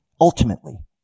ultimately